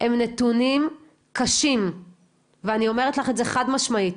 הם נתונים קשים ואני אומרת לך את זה חד משמעית.